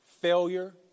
Failure